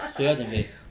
谁要减肥